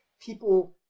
people